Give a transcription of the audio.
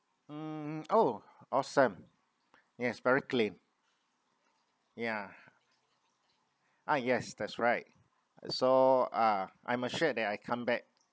mm oh awesome yes very clean ya uh yes that's right so uh I'm assured that I come back